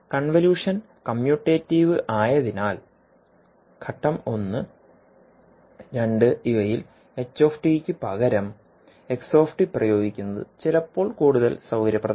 convolution commutative ആയതിനാൽ ഘട്ടം ഒന്ന് രണ്ട് ഇവയിൽ h യ്ക്ക് പകരം x പ്രയോഗിക്കുന്നത് ചിലപ്പോൾ കൂടുതൽ സൌകര്യപ്രദമാണ്